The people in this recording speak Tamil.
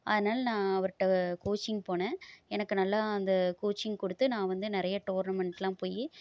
அதனால நான் அவர்கிட்ட கோச்சிங் போனேன் எனக்கு நல்லா அந்த கோச்சிங் கொடுத்து நான் வந்து நிறைய டோர்னமெண்டெல்லாம் போய்